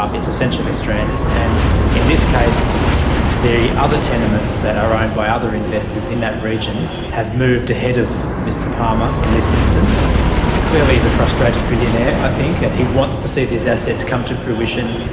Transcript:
it's essentially stranded. and in this case the other tenements that are owned by other investors in that region have moved ahead of mr palmer in this instance. he clearly is a frustrated billionaire, i think, and he wants to see these assets come to fruition.